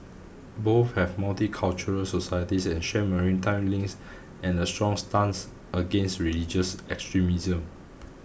both have multicultural societies and share maritime links and a strong stance against religious extremism